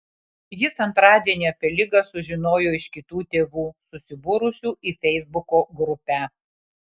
jis antradienį apie ligą sužinojo iš kitų tėvų susibūrusių į feisbuko grupę